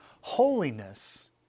holiness